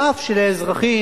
ואף שלאזרחים,